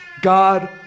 God